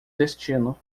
destino